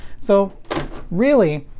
so really,